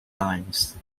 lines